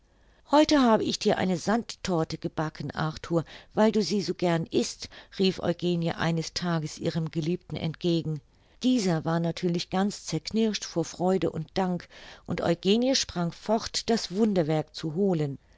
heute habe ich dir eine sandtorte gebacken arthur weil du sie so gern ißt rief eugenie eines tages ihrem geliebten entgegen dieser war natürlich ganz zerknirscht vor freude und dank und eugenie sprang fort das wunderwerk zu holen